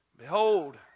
Behold